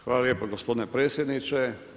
Hvala lijepa gospodine predsjedniče.